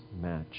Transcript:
match